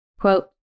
Quote